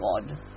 God